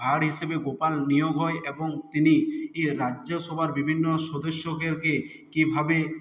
ভাঁড় হিসেবে গোপাল নিয়োগ হয় এবং তিনি রাজ্য সভার বিভিন্ন সদস্যদেরকে কীভাবে